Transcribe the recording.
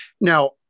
Now